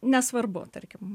nesvarbu tarkim